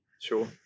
Sure